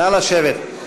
נא לשבת.